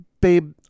babe